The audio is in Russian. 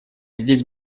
здесь